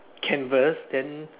canvas then